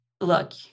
look